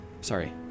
Sorry